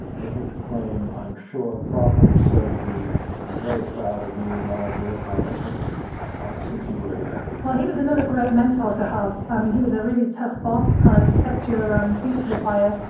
but would claim, i'm sure, properly so, to be very proud of you and all of your accomplishments since you were there. well, he was another great mentor to have. i mean, he was a really tough boss, kind of kept your um feet to the fire.